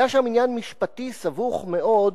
היה שם עניין משפטי סבוך מאוד,